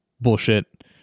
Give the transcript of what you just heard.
bullshit